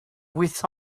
with